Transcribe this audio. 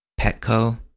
Petco